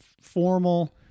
formal